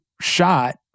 shot